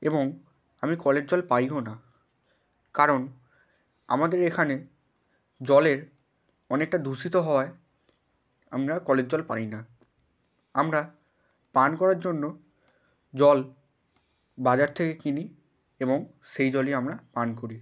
এবং আমি কলের জল পাইও না কারণ আমাদের এখানে জলের অনেকটা দূষিত হওয়ায় আমরা কলের জল পাই না আমরা পান করার জন্য জল বাজার থেকে কিনি এবং সেই জলই আমরা পান করি